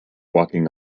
walking